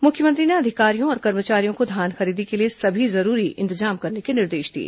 मुख्यमंत्री ने अधिकारियों और कर्मचारियों को धान खरीदी के लिए सभी जरूरी इंतजाम करने के निर्देश दिए